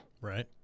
Right